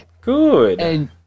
Good